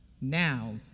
Now